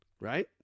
right